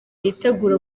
yitegura